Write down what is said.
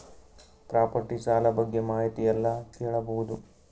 Property ಸಾಲ ಬಗ್ಗೆ ಮಾಹಿತಿ ಎಲ್ಲ ಕೇಳಬಹುದು?